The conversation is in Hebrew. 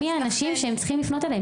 מי האנשים שהם צריכים לפנות אליהם?